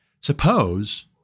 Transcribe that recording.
Suppose